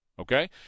Okay